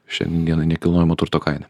šiandien dienainekilnojamo turto kaina